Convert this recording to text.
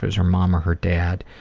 her mom or her dad.